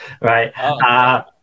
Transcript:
right